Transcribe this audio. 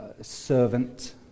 servant